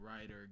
writer